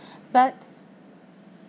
but